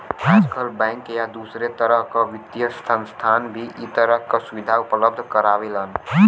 आजकल बैंक या दूसरे तरह क वित्तीय संस्थान भी इ तरह क सुविधा उपलब्ध करावेलन